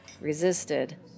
resisted